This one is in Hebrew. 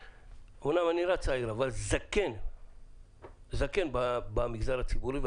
אמנם אני נראה צעיר אבל אני זקן במגזר הציבורי.